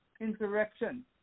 insurrection